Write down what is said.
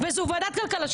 כל החצי,